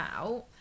out